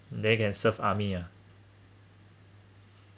they can serve army ah